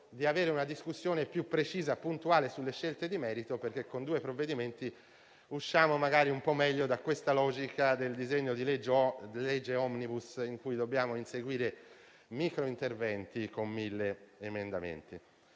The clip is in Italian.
è avere una discussione più precisa e puntuale sulle scelte di merito, perché con due provvedimenti usciamo in modo migliore dalla logica del disegno di legge *omnibus*, in cui dobbiamo inseguire micro interventi con mille emendamenti.